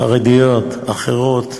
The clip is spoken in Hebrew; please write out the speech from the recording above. חרדיות, אחרות,